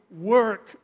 work